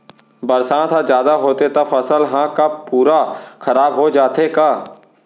बरसात ह जादा होथे त फसल ह का पूरा खराब हो जाथे का?